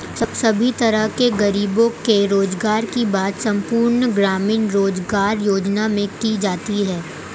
सभी तरह के गरीबों के रोजगार की बात संपूर्ण ग्रामीण रोजगार योजना में की जाती है